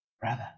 Brother